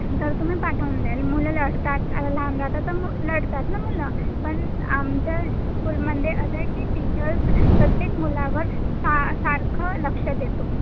तर तुम्ही पाठवून द्याल मुलं लडतात लांब राहतात तर मग लडतात ना मुलं पण आमच्या स्कूलमध्ये असं आहे की टीचर्स प्रत्येक मुलावर सा सारखं लक्ष देतो